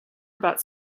about